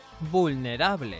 Vulnerable